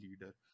leader